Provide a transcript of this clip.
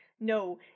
no